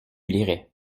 lirais